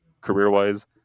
career-wise